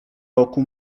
roku